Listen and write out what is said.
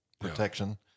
protection